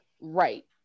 right